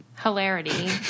hilarity